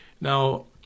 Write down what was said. Now